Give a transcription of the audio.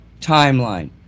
timeline